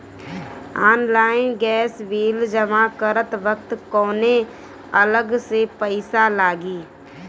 Online gas bill जमा करत वक्त कौने अलग से पईसा लागी?